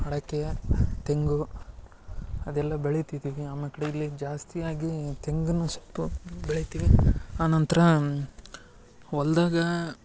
ಅಡಕೆ ತೆಂಗು ಅದೆಲ್ಲ ಬೆಳಿತಿದ್ದೀವಿ ಆಮ್ಯಾಕಡೆ ಇಲ್ಲಿ ಜಾಸ್ತಿ ಆಗಿ ತೆಂಗನ್ನೂ ಸ್ವಲ್ಪ ಬೆಳಿತೀವಿ ಆನಂತ್ರ ಹೊಲ್ದಾಗ